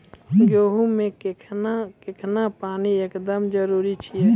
गेहूँ मे कखेन कखेन पानी एकदमें जरुरी छैय?